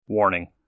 Warning